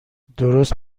درست